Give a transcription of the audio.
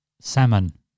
Salmon